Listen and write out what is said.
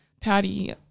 Patty